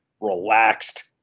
relaxed